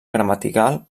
gramatical